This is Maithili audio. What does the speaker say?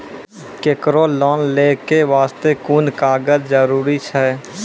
केकरो लोन लै के बास्ते कुन कागज जरूरी छै?